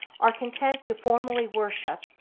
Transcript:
are content to formally worship,